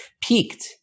peaked